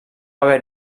haver